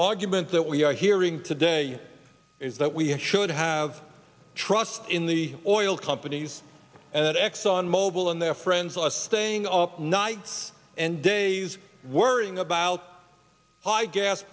augment that we are hearing today is that we should have trust in the oil companies at exxon mobil and their friends last staying up nights and days worrying about